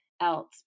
else